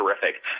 terrific